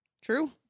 True